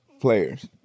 Players